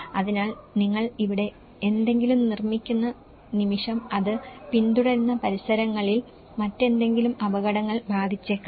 അതിനാൽ നിങ്ങൾ ഇവിടെ എന്തെങ്കിലും നിർമ്മിക്കുന്ന നിമിഷം അത് പിന്തുടരുന്ന പരിസരങ്ങളിൽ മറ്റെന്തെങ്കിലും അപകടങ്ങൾ ബാധിച്ചേക്കാം